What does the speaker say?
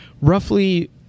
roughly